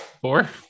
Four